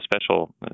special